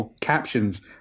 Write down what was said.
captions